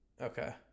Okay